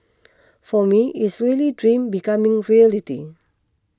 for me is really dream becoming reality